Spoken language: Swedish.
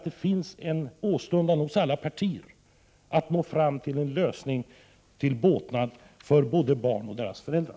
Det finns hos alla partier en åstundan att nå fram till en lösning, till båtnad för både barnen och deras föräldrar.